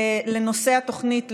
לנושא התוכנית,